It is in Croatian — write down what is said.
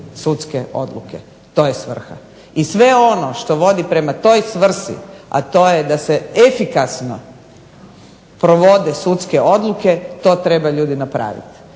sudske odluke, to je svrha i sve ono što vodi prema toj svrsi a to je da se efikasno provode sudske odluke, to treba ljudi napravit